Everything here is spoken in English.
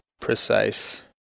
precise